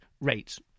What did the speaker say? rates